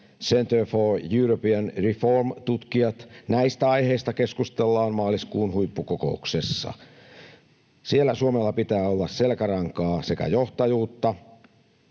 Centre for European Reform tutkijat. Näistä aiheista keskustellaan maaliskuun huippukokouksessa. Siellä Suomella pitää olla selkärankaa sekä johtajuutta,